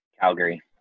Calgary